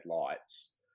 lights